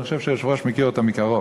אני חושב שהיושב-ראש מכיר אותה מקרוב.